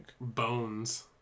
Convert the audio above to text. Bones